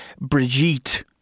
Brigitte